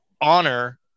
honor